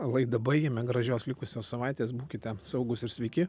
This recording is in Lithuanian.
laidą baigėme gražios likusios savaitės būkite saugūs ir sveiki